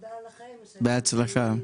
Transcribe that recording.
בהצלחה.